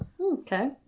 okay